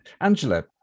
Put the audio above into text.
Angela